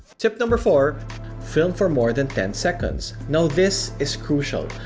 tip number four film for more than ten seconds. now this is crucial,